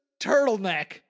turtleneck